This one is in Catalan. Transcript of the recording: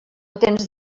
tens